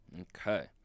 Okay